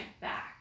back